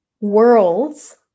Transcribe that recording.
worlds